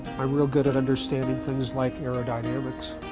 i'm really good at understanding things like aerodynamics.